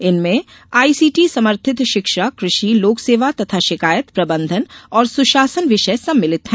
इनमें आईसीटी समर्थित शिक्षा कृषि लोक सेवा तथा शिकायत प्रबंधन और सुशासन विषय सम्मिलित हैं